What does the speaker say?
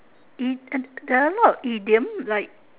E the there are a lot of idiom like